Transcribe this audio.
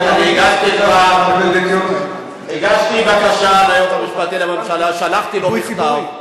הגשתי בקשה ליועץ המשפטי לממשלה, שלחתי לו מכתב.